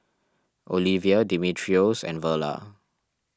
Olevia Dimitrios and Verla